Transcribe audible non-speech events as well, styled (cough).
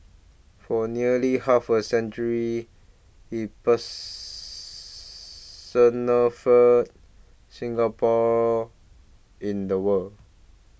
for nearly half a century he (noise) personified Singapore in the world